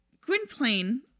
Gwynplaine